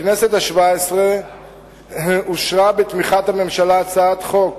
בכנסת השבע-עשרה אושרה, בתמיכת הממשלה, הצעת חוק